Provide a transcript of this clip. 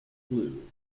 flue